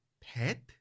pet